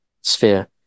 sphere